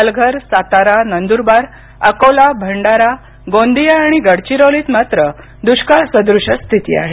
पालघर सातारा नंदूरबार अकोला भंडारा गोंदिया आणि गडचिरोलीत मात्र दुष्काळसदृश स्थिती आहे